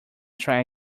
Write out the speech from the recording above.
try